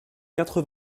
quatre